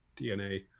DNA